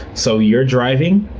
so you're driving,